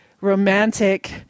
romantic